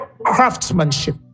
craftsmanship